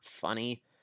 funny